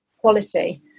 quality